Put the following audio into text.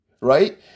right